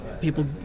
people